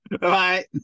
Bye